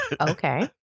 Okay